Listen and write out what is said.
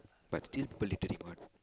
but still people littering [what]